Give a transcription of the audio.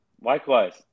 Likewise